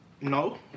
No